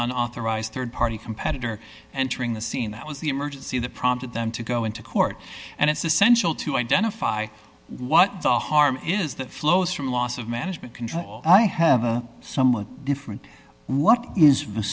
unauthorized rd party competitor entering the scene that was the emergency that prompted them to go into court and it's essential to identify what the harm is that flows from loss of management control i have a somewhat different what